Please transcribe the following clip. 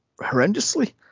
horrendously